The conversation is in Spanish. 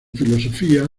filosofía